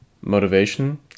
motivation